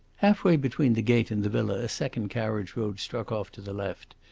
half-way between the gate and the villa a second carriage-road struck off to the left,